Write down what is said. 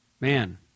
man